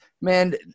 man